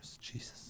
Jesus